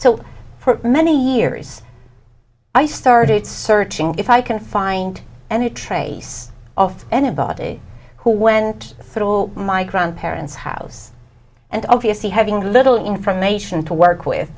so many years i started searching if i can find any trace of anybody who went through all my grandparents house and obviously having little information to work with